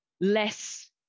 less